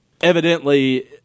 evidently